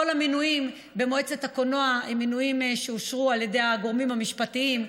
כל המינויים במועצת הקולנוע הם מינויים שאושרו על ידי הגורמים המשפטיים.